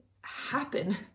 happen